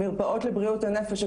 מרפאות לבריאות הנפש,